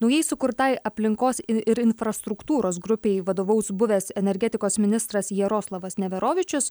naujai sukurtai aplinkos i ir infrastruktūros grupei vadovaus buvęs energetikos ministras jaroslavas neverovičius